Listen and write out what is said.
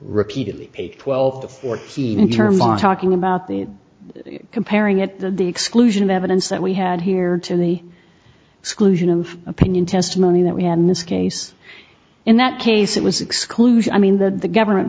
repeatedly twelve to fourteen term are talking about the comparing it to the exclusion of evidence that we had here to the exclusion of opinion testimony that we had in this case in that case it was exclusion i mean that the government